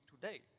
today